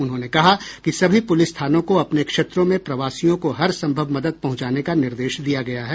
उन्होंने कहा कि सभी पुलिस थानों को अपने क्षेत्रों में प्रवासियों को हरसंभव मदद पहुंचाने का निर्देश दिया गया है